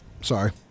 sorry